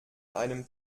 einem